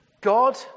God